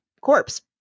corpse